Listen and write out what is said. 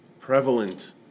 prevalent